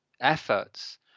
efforts